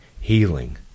healing